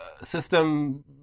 system